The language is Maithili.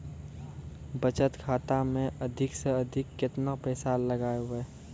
बचत खाता मे अधिक से अधिक केतना पैसा लगाय ब?